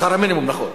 שכר המינימום, נכון.